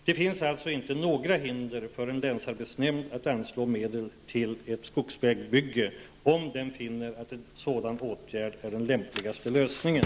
Det finns alltså inte några hinder för en länsarbetsnämnd att anslå medel till ett skogsvägbygge om den finner att en sådan åtgärd är den lämpligaste lösningen.